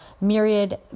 myriad